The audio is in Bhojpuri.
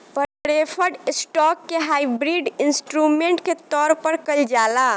प्रेफर्ड स्टॉक के हाइब्रिड इंस्ट्रूमेंट के तौर पर कइल जाला